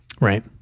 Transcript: right